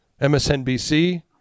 MSNBC